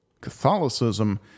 Catholicism